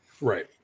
Right